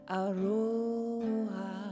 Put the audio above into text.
aroha